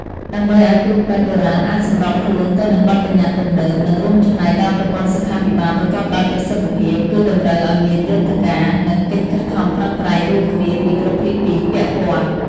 ដើម្បីឱ្យគ្រូពេទ្យបុរាណអាចសម្របខ្លួនទៅនឹងបទប្បញ្ញត្តិទំនើប និងរួមចំណែកដល់ប្រព័ន្ធសុខាភិបាលប្រកបដោយប្រសិទ្ធភាព គឺតម្រូវឱ្យមានយន្តការ និងកិច្ចខិតខំប្រឹងប្រែងរួមគ្នាពីគ្រប់ភាគីពាក់ព័ន្ធ។